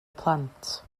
plant